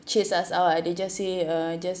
chase us out lah they just say uh just